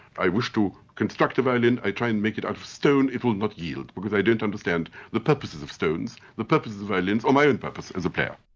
i wish to construct a violin, i try and make it out of stone, it will not yield, because i don't understand the purposes of stones, the purposes of violins, or my own purpose as a player.